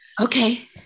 Okay